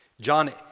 John